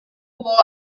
wore